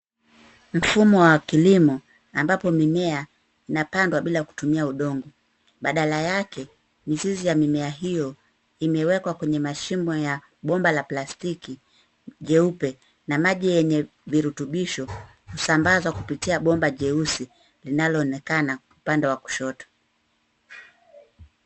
Mfumo wa kilimo ambapo mimea hupandwa bila kutumia udongo. Badala yake, mizizi ya mimea hiyo imewekwa kwenye mashimo ya bomba la plastiki jeupe na maji yeney virutubisho kusambazwa kupitia bomba jeusi linaloonekana upande wa kushoto.